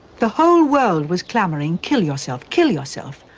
the whole world was clamoring, kill yourself, kill yourself.